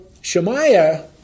Shemaiah